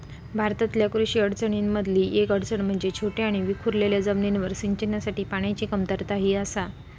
भारतातल्या कृषी अडचणीं मधली येक अडचण म्हणजे छोट्या आणि विखुरलेल्या जमिनींवर सिंचनासाठी पाण्याची कमतरता ही आसा